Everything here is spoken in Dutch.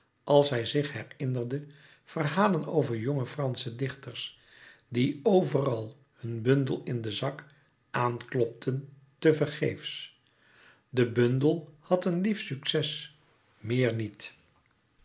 als hij zich herinnerde verhalen over jonge fransche dichters die overal hun bundel in den zak aanklopten te vergeefs de bundel had een lief succes meer niet